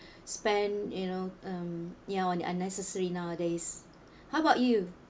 spend you know um ya on the unnecessary nowadays how about you to